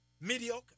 mediocre